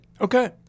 Okay